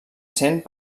sent